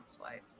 Housewives